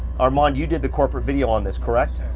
armand you did the corporate video on this, correct?